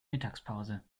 mittagspause